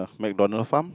MacDonald farm